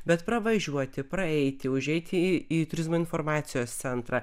bet pravažiuoti praeiti užeiti į į turizmo informacijos centrą